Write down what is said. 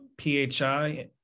PHI